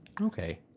Okay